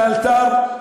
לאלתר,